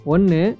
One